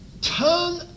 turn